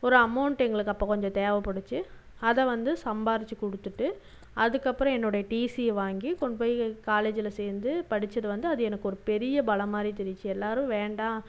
ஒரு அமௌண்ட் எங்களுக்கு அப்போ கொஞ்சம் தேவப்பட்டுச்சு அதை வந்து சம்பாதிச்சி கொடுத்துட்டு அதுக்கப்புறோம் என்னோடைய டிசியை வாங்கி கொண்டு போய் எ காலேஜில் சேர்ந்து படித்தது வந்து அது எனக்கு ஒரு பெரிய பலம் மாதிரி தெரிஞ்சு எல்லாரும் வேண்டாம்